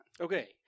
Okay